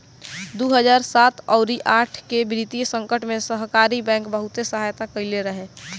दू हजार सात अउरी आठ के वित्तीय संकट में सहकारी बैंक बहुते सहायता कईले रहे